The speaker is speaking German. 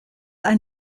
ein